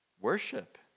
worship